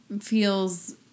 feels